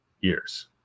years